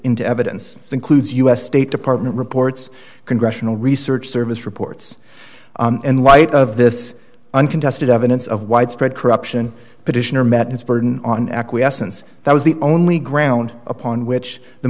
into evidence includes us state department reports congressional research service reports in light of this uncontested evidence of widespread corruption petitioner met its burden on acquiescence that was the only ground upon which the